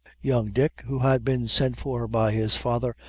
young dick, who had been sent for by his father,